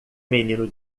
menino